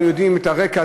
אנחנו יודעים את הרקע,